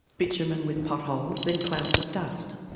bitumen with potholes then clouds of dust.